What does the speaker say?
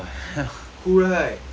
cool right with with